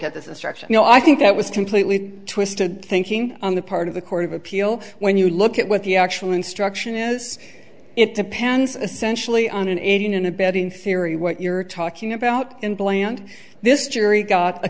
get this instruction you know i think that was completely twisted thinking on the part of the court of appeal when you look at what the actual instruction is it depends essentially on an aiding and abetting theory what you're talking about and bland this jury got a